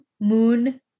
Moon